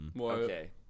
Okay